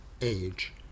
age